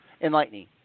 enlightening